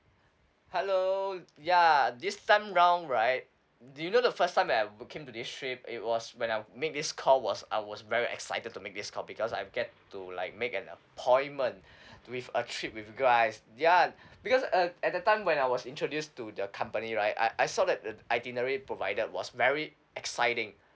hello ya this time round right do you know the first time that I book in with this trip it was when I make this call was I was very excited to make this call because I get to like make an appointment with a trip with you guys ya because uh at that time when I was introduced to the company right I I saw that the itinerary provided was very exciting